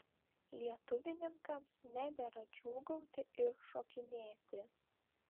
lietuvininkams nedera džiūgauti ir šokinėti